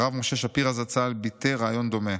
"הרב משה שפירא זצ"ל ביטא רעיון דומה: